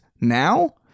now